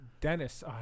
Dennis